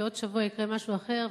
ובעוד שבוע יקרה משהו אחר,